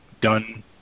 done